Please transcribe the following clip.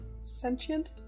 sentient